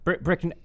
Brick